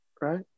right